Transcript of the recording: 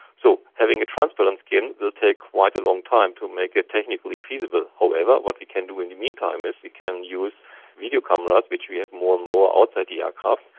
so having a transparent skin will take quite a long time to make it technically feasible. however, what we can do in the meantime is we can use video cameras, which we have more and more outside the aircraft,